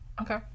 okay